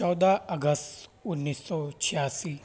چودہ اگست انیس سو چھیاسی